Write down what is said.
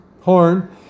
horn